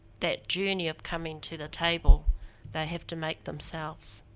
that journey of coming to the table they have to make themselves.